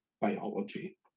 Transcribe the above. biology